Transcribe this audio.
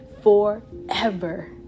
Forever